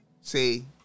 See